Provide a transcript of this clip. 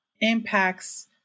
impacts